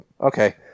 Okay